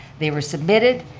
they were submitted,